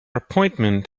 appointment